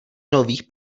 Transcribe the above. nových